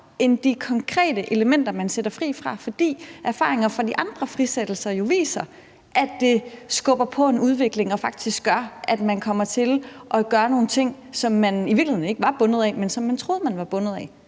end de konkrete elementer, man sætter fri fra. For erfaringer fra de andre frisættelser viser jo, at det skubber på en udvikling og faktisk gør, at man kommer til at gøre nogle ting, som man i virkeligheden ikke var bundet af, men som man troede man var bundet af.